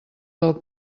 del